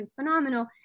phenomenal